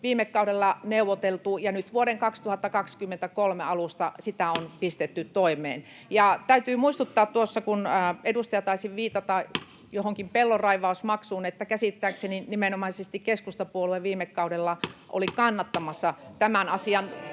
viime kaudella neuvoteltu, ja nyt vuoden 2023 alusta sitä on pistetty toimeen. Täytyy muistuttaa, kun edustaja taisi viitata johonkin pellonraivausmaksuun, että käsittääkseni nimenomaisesti keskustapuolue viime kaudella oli kannattamassa tämän asian